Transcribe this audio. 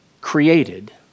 created